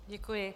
Děkuji.